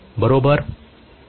बरोबर